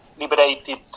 liberated